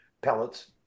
pellets